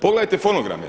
Pogledajte fonograme.